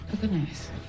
Goodness